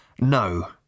No